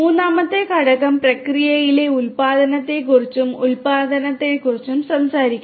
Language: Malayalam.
മൂന്നാമത്തെ ഘടകം പ്രക്രിയയിലെ ഉൽപാദനത്തെക്കുറിച്ചും സംസാരിക്കുന്നു